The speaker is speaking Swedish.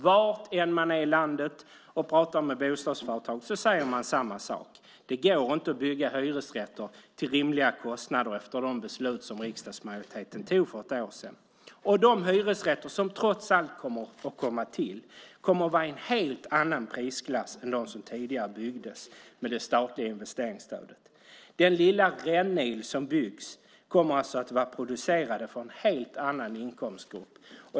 Var man än är i landet och pratar med bostadsföretag säger de samma sak. Det går inte att bygga hyresrätter till rimliga kostnader efter de beslut som riksdagsmajoriteten tog för ett år sedan. Och de hyresrätter som trots allt kommer till kommer att vara i en helt annan prisklass än de som byggdes tidigare med det statliga investeringsstödet. Den lilla rännil som byggs kommer alltså att vara producerad för en helt annan inkomstgrupp.